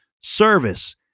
service